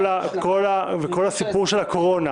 כל הסיפור של הקורונה